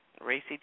Racy